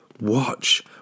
Watch